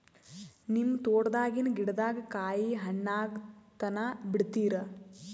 ನಿಮ್ಮ ತೋಟದಾಗಿನ್ ಗಿಡದಾಗ ಕಾಯಿ ಹಣ್ಣಾಗ ತನಾ ಬಿಡತೀರ?